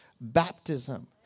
baptism